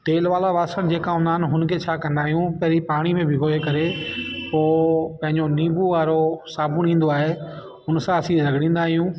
तेल वारा बासण जेका हूंदा आहिनि हुन खे छा कंदा आहियूं पहिरीं पाणीअ में भिगोए करे पोइ पंहिंजो नीबू वारो साबुण ईंदो आहे उन सां असीं रगिड़ींदा आहियूं